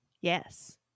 Yes